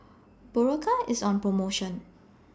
Berocca IS on promotion